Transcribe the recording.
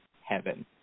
heaven